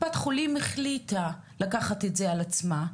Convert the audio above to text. קופת חולים החליטה לקחת את זה על עצמה,